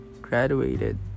graduated